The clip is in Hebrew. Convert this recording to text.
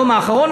היום האחרון,